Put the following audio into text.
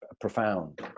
profound